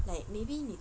like maybe